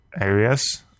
areas